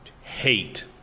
hate